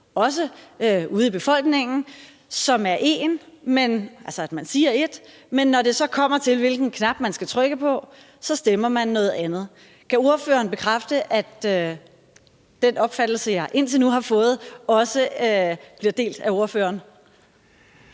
også ude blandt befolkningen – hvor man siger ét, men når det så kommer til, hvilken knap man skal trykke på, så stemmer man noget andet. Kan ordføreren bekræfte, at den opfattelse, jeg indtil nu har fået, bliver delt af ordføreren?